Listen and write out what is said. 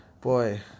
Boy